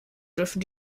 dürfen